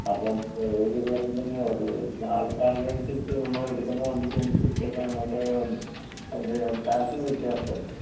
അപ്പം ഏഴ് പേരുണ്ടെങ്കിൽ ഒരു വെച്ചിട്ട് ആൾക്കാരക്കെ അനുസരിച്ച് നമ്മളെടുക്കുന്ന വണ്ടിക്ക് അനുസരിച്ചൊക്കെ നമുക്ക് അതിൻ്റെ കാശിന് വ്യത്യാസമുണ്ട്